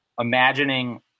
imagining